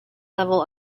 level